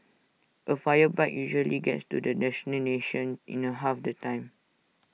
A fire bike usually gets to the destination in the half the time